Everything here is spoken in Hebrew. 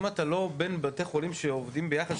אם אתה לא בין בתי חולים שעובדים ביחד,